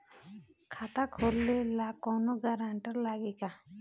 खाता खोले ला कौनो ग्रांटर लागी का?